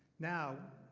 now,